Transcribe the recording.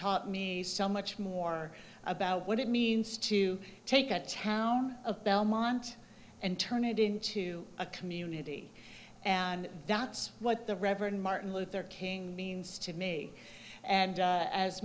taught me so much more about what it means to take a town of belmont and turn it into a community and that's what the reverend martin luther king means to me and